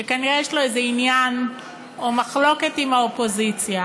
שכנראה יש לו איזה עניין או מחלוקת עם האופוזיציה,